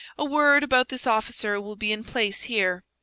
a word about this officer will be in place here.